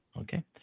okay